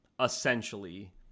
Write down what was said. essentially